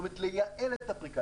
לייעל הפריקה.